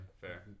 fair